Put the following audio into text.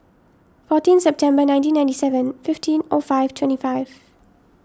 fourteen September nineteen ninety seven fifteen O five twenty five